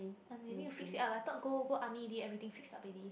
but they need to fix it up I thought go go army already everything fix up already